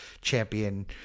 champion